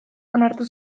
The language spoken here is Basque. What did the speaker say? onartu